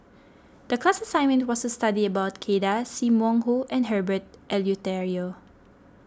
the class assignment was to study about Kay Das Sim Wong Hoo and Herbert Eleuterio